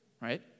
right